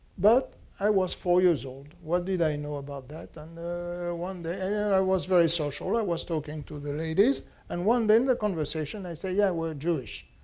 but i was four years old. what did i know about that? and one day i and i was very social. i was talking to the ladies and one day in the conversation i said, yeah, we're jewish.